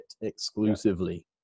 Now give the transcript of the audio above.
exclusively